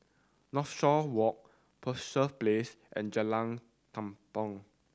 Northshore Walk Penshurst Place and Jalan Tampang